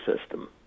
system